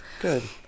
Good